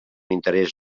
interès